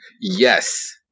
Yes